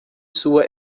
sua